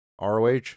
ROH